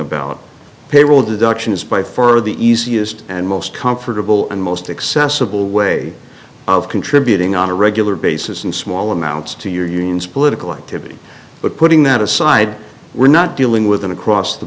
about payroll deduction is by far the easiest and most comfortable and most accessible way of contributing on a regular basis in small amounts to your union's political activity but putting that aside we're not dealing with an across the